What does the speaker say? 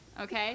Okay